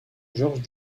georges